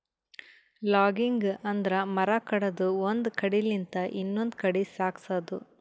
logging ಅಂದ್ರ ಮರ ಕಡದು ಒಂದ್ ಕಡಿಲಿಂತ್ ಇನ್ನೊಂದ್ ಕಡಿ ಸಾಗ್ಸದು